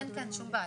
כן, שום בעיה.